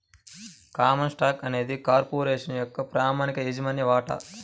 common stock అనేది corporation యొక్క ప్రామాణిక యాజమాన్య వాటా